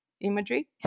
Imagery